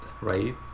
right